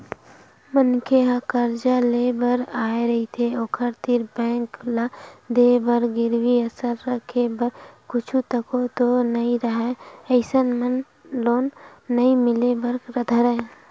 मनखे ह करजा लेय बर आय रहिथे ओखर तीर बेंक ल देय बर गिरवी असन रखे बर कुछु तको तो राहय नइ अइसन म लोन नइ मिले बर धरय